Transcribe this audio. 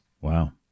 Wow